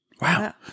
Wow